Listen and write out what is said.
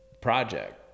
project